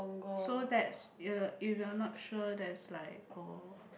so that's uh if you are not sure that's like oh